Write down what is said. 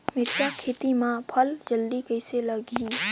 मिरचा खेती मां फल जल्दी कइसे लगही?